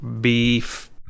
beef